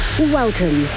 Welcome